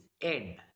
End